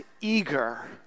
eager